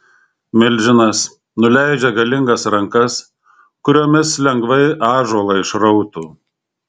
milžinas nuleidžia galingas rankas kuriomis lengvai ąžuolą išrautų